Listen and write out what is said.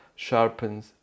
Sharpens